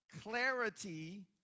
clarity